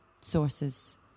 sources